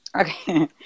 Okay